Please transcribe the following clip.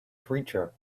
creature